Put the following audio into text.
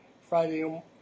Friday